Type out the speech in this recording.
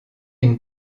une